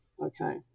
Okay